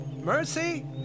Mercy